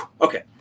Okay